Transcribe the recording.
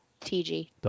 TG